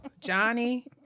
Johnny